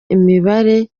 imibare